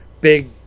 Big